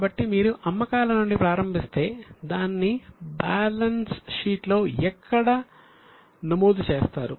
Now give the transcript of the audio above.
కాబట్టి మీరు అమ్మకాల నుండి ప్రారంభిస్తే దాన్ని బ్యాలెన్స్ షీట్లో ఎక్కడ నమోదు చేస్తారు